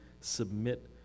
submit